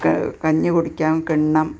കഞ്ഞി കുടിക്കാൻ കിണ്ണം